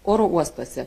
oro uostuose